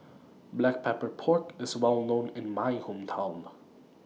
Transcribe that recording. Black Pepper Pork IS Well known in My Hometown